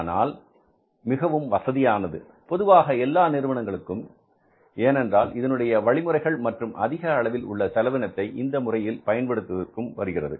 ஆனால் மிகவும் வசதியானது பொதுவாக எல்லா நிறுவனங்களுக்கும் ஏனென்றால் இதனுடைய வழிமுறைகள் மற்றும் அதிக அளவில் உள்ள செலவினத்தை இந்த முறையில் பயன்படுத்துவதற்கும் வருகிறது